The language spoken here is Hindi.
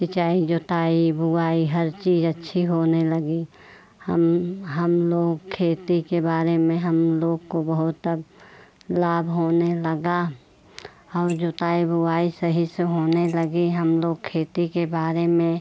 सिंचाई जोताई बुवाई हर चीज़ अच्छी होने लगी हम हम लोग खेती के बारे में हम लोग को बहुत अब लाभ होने लगा और जोताई बुवाई सही से होने लगी हम लोग खेती के बारे में